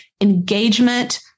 engagement